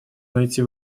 найти